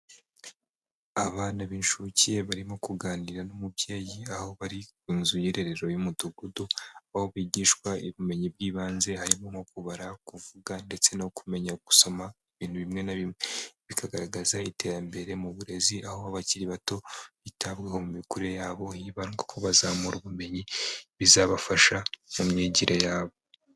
Abana b'incukiye barimo kuganira n'umubyeyi, aho bari ku nzu y'irerero y'umudugudu, aho bigishwa ubumenyi bw'ibanze. Harimo nko kubara, kuvuga ndetse no kumenya gusoma ibintu bimwe na bimwe. Bikagaragaza iterambere mu burezi, aho abakiri bato bitabwaho mu mikurire yabo, hibandwa kuba bazamura ubumenyi, bizabafasha mu myigire yabo.